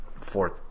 fourth